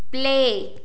play